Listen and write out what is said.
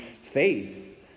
faith